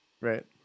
right